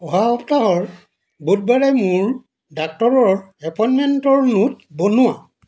অহা সপ্তাহৰ বুধবাৰে মোৰ ডাক্তৰৰ এপইণ্টমেণ্টৰ নোট বনোৱা